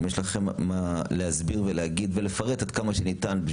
אם יש לכם מה להסביר ולהגיד ולפרט עד כמה שניתן,